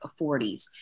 40s